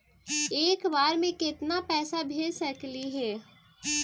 एक बार मे केतना पैसा भेज सकली हे?